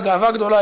בגאווה גדולה,